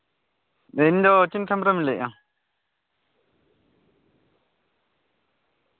ᱤᱧ ᱫᱚ ᱚᱪᱤᱱᱛᱚ ᱦᱮᱢᱵᱨᱚᱢᱤᱧ ᱞᱟᱹᱭᱮᱫᱼᱟ